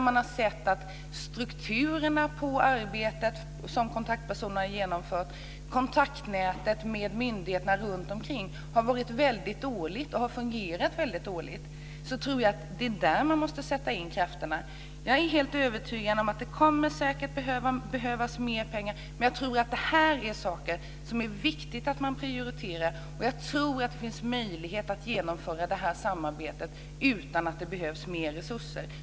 Man har sett att strukturerna på det arbete som kontaktpersonerna genomför och kontaktnätet med myndigheterna runtomkring har fungerat väldigt dåligt. Det är där man måste sätta in krafterna. Jag är helt övertygad om att det säkert kommer att behövas mer pengar, men jag tror att det här är saker som det är viktigt att prioritera. Jag tror att det finns möjlighet att genomföra detta samarbete utan att det behövs mer resurser.